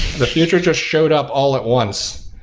the future just showed up all at once.